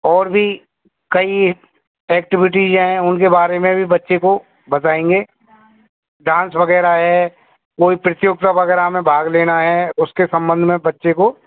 और भी कई एक्टिविटीज हैं उनके बारे में भी बच्चे को बताएँगे डांस वग़ैरह है कोई प्रतियोगिता वग़ैरह में भाग लेना है उसके संबंध में बच्चे को